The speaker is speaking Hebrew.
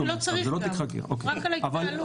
לא צריך גם, רק על ההתנהלות.